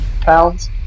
pounds